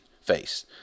Face